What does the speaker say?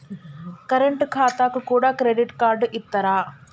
Current ఖాతాకు కూడా credit card ఇత్తరా?